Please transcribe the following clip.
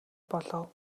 болов